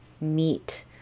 meet